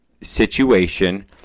situation